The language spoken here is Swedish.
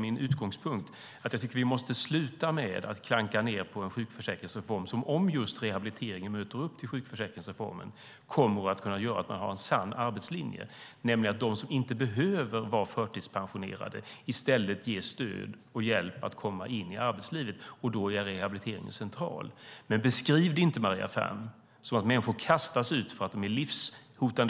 Min utgångspunkt är att vi måste sluta klanka ned på en sjukförsäkringsreform som om just rehabiliteringen möter upp till sjukförsäkringsreformen kommer att kunna bidra till en sann arbetslinje, nämligen att de som inte behöver vara förtidspensionerade i stället ges stöd och hjälp att komma in i arbetslivet. Och då är rehabiliteringen central. Men beskriv det inte, Maria Ferm, som att människor kastas ut från sjukförsäkringen trots att de är